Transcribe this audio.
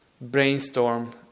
brainstorm